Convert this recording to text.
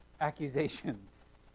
accusations